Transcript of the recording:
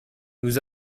nous